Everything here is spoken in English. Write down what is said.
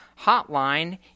hotline